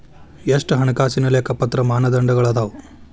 ಎಷ್ಟ ಹಣಕಾಸಿನ್ ಲೆಕ್ಕಪತ್ರ ಮಾನದಂಡಗಳದಾವು?